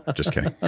ah just kidding.